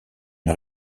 une